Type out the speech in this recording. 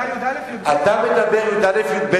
אתה מדבר על י"א-י"ב,